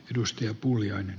arvoisa puhemies